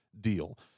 deal